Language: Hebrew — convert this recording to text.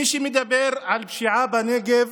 מי שמדבר על פשיעה בנגב